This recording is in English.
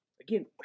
Again